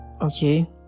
Okay